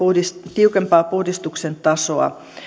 tiukempaa puhdistuksen tasoa